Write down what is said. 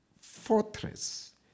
fortress